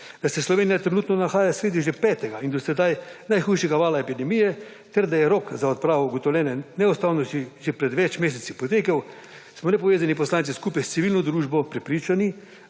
da se Slovenija trenutna nahaja sredi že petega in do sedaj najhujšega vala epidemije ter da je rok za odpravo ugotovljene neustavnosti že pred več meseci potekel, smo nepovezani poslanci skupaj s civilno družbo prepričani,